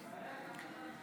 בהצבעה